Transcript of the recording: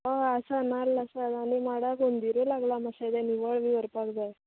हय आसा नाल्ल आसा आनी माडाक हुंदिरूय लागला मात्शे तें निवळ बी करपा जाय